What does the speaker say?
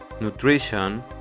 nutrition